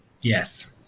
yes